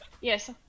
Yes